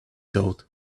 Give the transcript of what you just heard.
thought